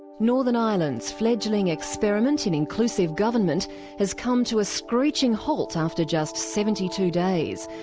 northern ireland's fledgling experiment in inclusive government has come to a screeching halt after just seventy two days,